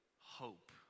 hope